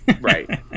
Right